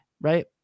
right